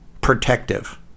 protective